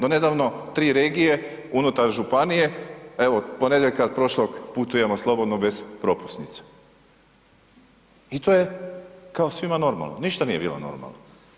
Donedavno 3 regije unutar županije, evo od ponedjeljka prošlog putujemo slobodno bez propusnica i to je kao svima normalno, ništa nije bilo normalno.